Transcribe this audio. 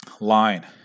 line